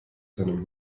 seinen